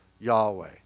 Yahweh